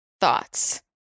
Thoughts